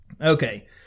Okay